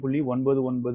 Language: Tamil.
9917 ஆக இருக்கும்